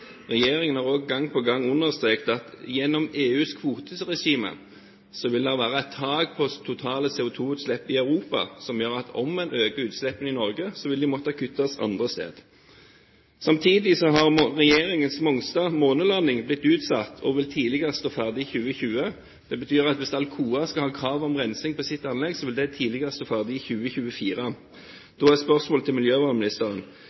Regjeringen har også gang på gang understreket at det gjennom EUs kvoteregime vil være et tak på det totale CO2-utslippet i Europa, som gjør at om en øker utslippene i Norge, vil de måtte kuttes andre steder. Samtidig har regjeringens Mongstad-månelanding blitt utsatt og vil tidligst stå ferdig i 2020. Det betyr at hvis Alcoa skal ha krav om rensing på sitt anlegg, vil det tidligst stå ferdig i